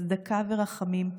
צדקה ורחמים,